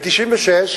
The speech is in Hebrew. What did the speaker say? ב-1996,